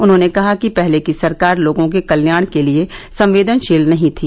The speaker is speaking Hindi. उन्होंने कहा कि पहले की सरकार लोगों के कल्याण के लिए संवेदनशील नहीं थी